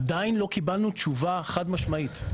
עדיין לא קיבלנו תשובה חד משמעית.